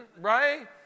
right